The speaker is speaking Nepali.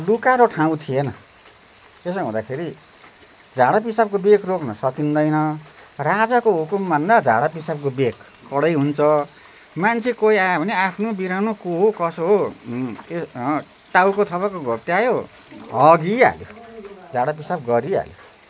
लुकाउरो ठाउँ थिएन त्यसो हुँदाखेरि झाडापिसाबको वेग रोक्न सकिँदैन राजाको हुकुमभन्दा झाडापिसाबको वेग कडै हुन्छ मान्छे कोही आयो आफ्नो बिरानो को हो कसो हो टाउको थपक्क घोप्ट्यायो हगी हाल्यो झाडापिसाब गरिहाल्यो